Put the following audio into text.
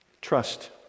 Trust